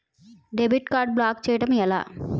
Debit card block చేయటం ఎలా?